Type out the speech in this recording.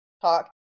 talk